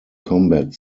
combat